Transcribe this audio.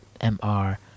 Mr